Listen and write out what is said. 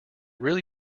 really